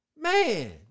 Man